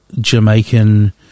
Jamaican